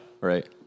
right